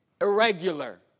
irregular